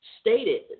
stated